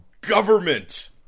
government